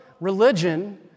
religion